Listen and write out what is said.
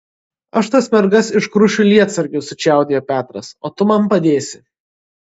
aš tas mergas iškrušiu lietsargiu sučiaudėjo petras o tu man padėsi